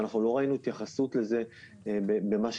י פתוחים ליבוא במזון - סל הצריכה של המזון שלנו חשוף ליבוא